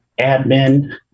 admin